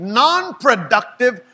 non-productive